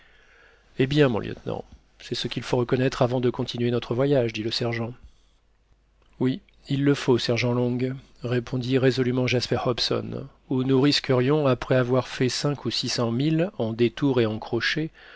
eh bien mon lieutenant c'est ce qu'il faut reconnaître avant de continuer notre voyage dit le sergent oui il le faut sergent long répondit résolument jasper hobson ou nous risquerions après avoir fait cinq ou six cents milles en détours et en crochets